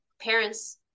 parents